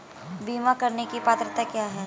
बीमा करने की पात्रता क्या है?